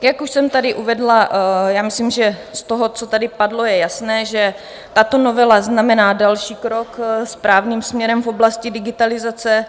Jak už jsem tady uvedla, myslím, že z toho, co tady padlo, je jasné, že tato novela znamená další krok správným směrem v oblasti digitalizace.